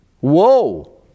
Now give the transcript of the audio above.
Whoa